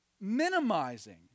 minimizing